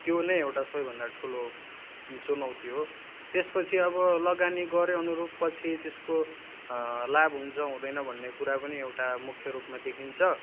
त्यो नै एउटा सबैभन्दा ठुलो चुनौती हो त्यसपछि अब लगानी गरे अनुरूप पछि त्यसको लाभ हुन्छ हुँदैन भन्ने कुरा पनि एउटा मुख्य रूपमा देखिन्छ